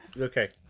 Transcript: Okay